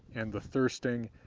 and the thirsting,